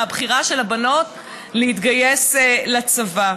מהבחירה של הבנות להתגייס לצבא.